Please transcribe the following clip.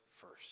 first